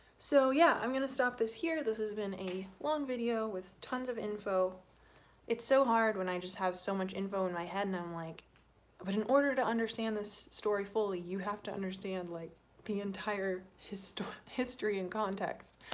so yeah i'm gonna stop this here this has been a long video with tons of info it's so hard when i just have so much info and and i'm like but in order to understand this story fully you have to understand like the entire history history and context!